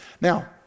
Now